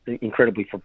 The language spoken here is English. incredibly